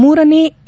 ಮೂರನೇ ಎ